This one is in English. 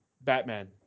Batman